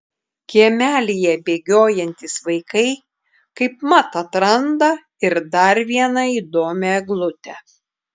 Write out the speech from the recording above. kiemelyje bėgiojantys vaikai kaip mat atranda ir dar vieną įdomią eglutę